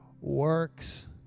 works